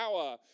power